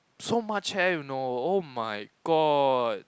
so much hair you know oh my god